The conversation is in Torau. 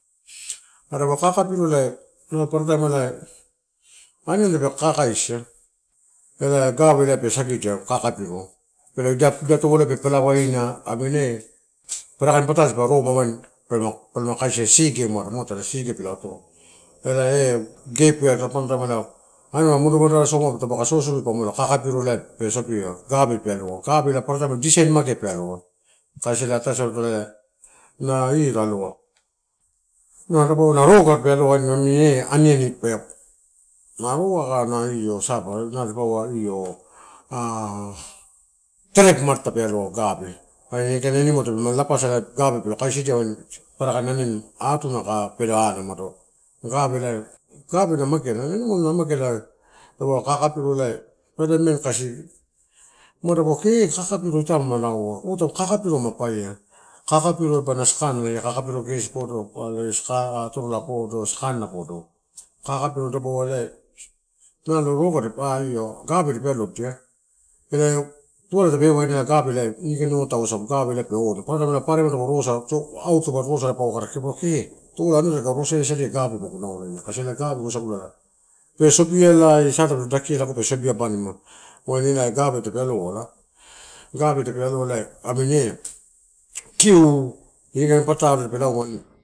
Aria mo kakapiro le, no paparataim mone, aniani tapeka kakaisi, ela gave pe sagidia ela kakapiro, ida tovolai pe pala waina aniani eh papara kain patalo dipa raga wain pelamu kaisidia. Sige mano elai eh gape ai ela modemoderatela soma taupe sobisobi ela kakapiro muate pe sobima gave pe aloa. Gave paparataim design magea pe aloa, kaisi ela ataisauto io la ena roga pe aloa wain ena aniani pe na roga aka io nalo dipaua na sai haa terep umano gave wain ida animal tape lama lapasa wain gave pelo kaisidia paparakain iani wain atuna aka pelo ana umuno gave na onegeala, na animal na mageala dapau kakapiro elai papara kasi umado kee kakapiro ira malauama ota kakapiro mu paia. Kakapiro waiba na sakana. Ia kakapiro gesi podo sakana aka atorola podo kakapiro dapaua elai nalo roga ah io gave tuala tape io waidia gave waisagu ini kain torola elai pe onu. Paparataim paparemai taupe rosa, au taupe rorosa paua kee torola anua tadika rosaia sadia gave magu naulaina la waisaguia ape sobialai sa tape lo dakia lago sobi abanimu, wain eh kiu kain patalo, tape lauma waini.